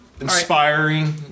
inspiring